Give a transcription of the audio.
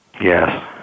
Yes